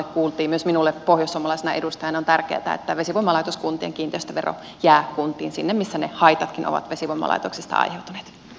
myös minulle pohjoissuomalaisena edustajana on tärkeätä että vesivoimalaitoskuntien kiinteistövero jää kuntiin sinne missä ne haitatkin ovat vesivoimalaitoksista aiheutuneet